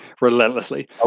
relentlessly